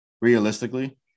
realistically